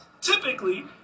typically